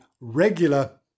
regular